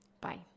Bye